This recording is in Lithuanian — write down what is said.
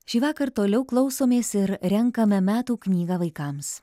šįvakar toliau klausomės ir renkame metų knygą vaikams